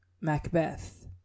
Macbeth